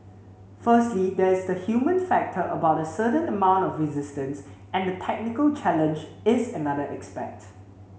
firstly there is the human factor about the certain amount of resistance and the technical challenge is another aspect